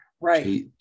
Right